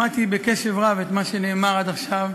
שמעתי בקשב רב את מה שנאמר עד עכשיו.